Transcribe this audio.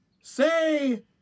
Say